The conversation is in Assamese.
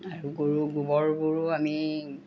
আৰু গৰু গোবৰবোৰো আমি